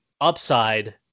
upside